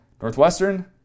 Northwestern